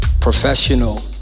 professional